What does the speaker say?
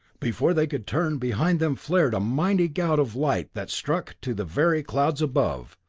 before they could turn, behind them flared a mighty gout of light that struck to the very clouds above,